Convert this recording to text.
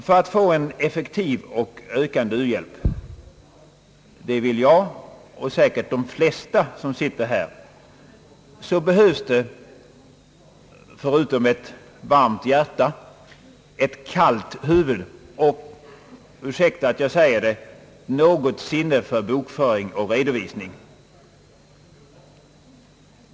För att få en effektiv och ökande u-hjälp — som jag och säkert de flesta här i salen vill förverkliga — behövs det förutom ett varmt hjärta även ett kallt huvud och, ursäkta att jag säger det, något sinne för bokföring och redovisning.